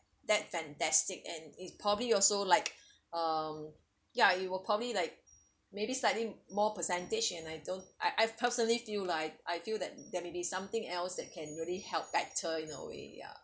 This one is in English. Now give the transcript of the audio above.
that fantastic and it probably also like um ya it will probably like maybe slightly more percentage and I don't I I personally feel lah I feel that there may be something else that can really help back turn in a way ya